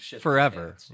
forever